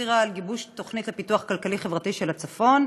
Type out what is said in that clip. הצהירה על גיבוש תוכנית לפיתוח כלכלי-חברתי של הצפון.